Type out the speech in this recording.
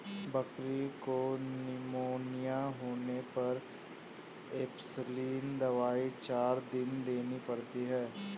बकरी को निमोनिया होने पर एंपसलीन दवाई चार दिन देनी पड़ती है